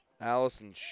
Allison